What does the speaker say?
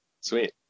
Sweet